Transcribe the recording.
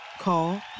Call